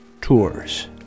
Tours